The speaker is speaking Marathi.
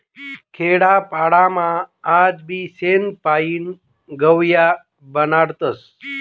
खेडापाडामा आजबी शेण पायीन गव या बनाडतस